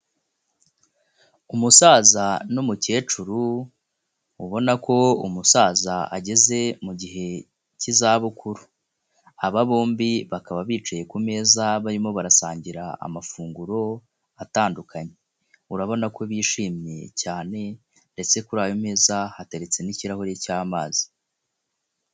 Umusaza n'umukecuru, ubona ko umusaza ageze mu gihe cy'izabukuru, aba bombi bakaba bicaye ku meza barimo barasangira amafunguro atandukanye, urabona ko bishimye cyane ndetse kuri ayo meza hateretse n''kirahuri cy'amazi.